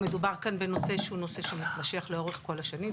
מדובר כאן בנושא שמתמשך לאורך כל השנים,